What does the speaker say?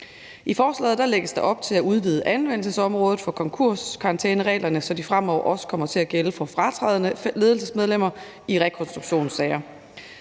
I forslaget lægges der op til at udvide anvendelsesområdet for konkurskarantænereglerne, så de fremover også kommer til at gælde for fratrædende ledelsesmedlemmer i rekonstruktionssager.